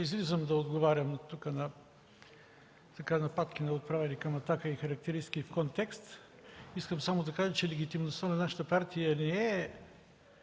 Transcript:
излизам да отговарям тук на нападки, отправени към „Атака“, и характеристики в контекст. Искам само да кажа, че легитимността на нашата партия не е